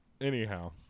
Anyhow